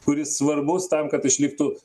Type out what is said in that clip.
kuris svarbus tam kad išliktų